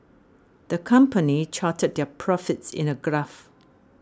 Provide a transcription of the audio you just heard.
the company charted their profits in a graph